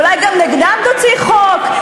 אולי גם נגדם תוציא חוק.